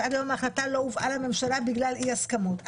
שעד היום ההחלטה לא הובאה לממשלה בגלל אי הסכמות.